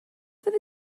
fyddi